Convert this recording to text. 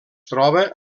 troba